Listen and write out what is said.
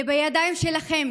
זה בידיים שלכם.